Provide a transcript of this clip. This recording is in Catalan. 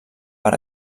per